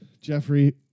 Jeffrey